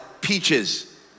Peaches